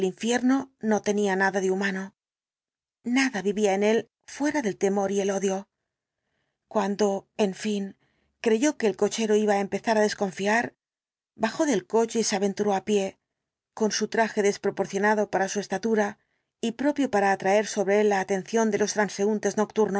infierno no tenía nada de humano nada vivía en él fuera del temor y el odio cuando en fin creyó que el cochero iba á empezar á desconfiar bajó del coche y se aventuró á pie con su traje desproporcionado para su estatura y propio para atraer sobre él la atención de ios transeúntes